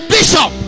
Bishop